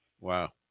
wow